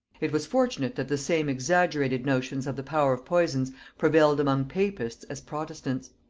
it was fortunate that the same exaggerated notions of the power of poisons prevailed amongst papists as protestants.